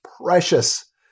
precious